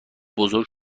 بزرگ